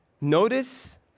Notice